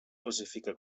classifica